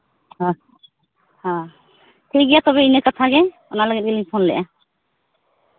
ᱦᱮᱸ ᱦᱮᱸ ᱴᱷᱤᱠᱜᱮᱭᱟ ᱛᱚᱵᱮ ᱤᱱᱟᱹ ᱠᱟᱛᱷᱟ ᱜᱮ ᱚᱱᱟ ᱞᱟᱹᱜᱤᱫ ᱜᱮᱞᱤᱧ ᱯᱷᱳᱱ ᱞᱮᱜᱼᱟ